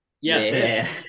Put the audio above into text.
Yes